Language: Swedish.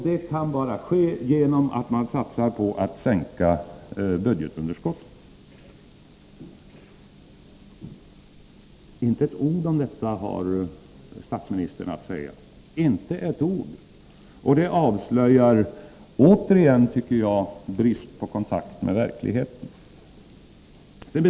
Det kan bara ske genom att man satsar på att sänka budgetunderskottet. Inte ett ord har statsministern att säga om detta. Det avslöjar återigen brist på kontakt med verkligheten.